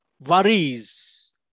worries